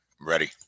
Ready